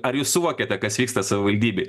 ar jūs suvokiate kas vyksta savivaldybėj